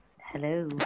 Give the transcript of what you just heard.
Hello